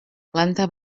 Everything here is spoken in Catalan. planta